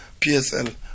PSL